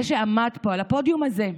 זה שעמד פה, על הפודיום הזה,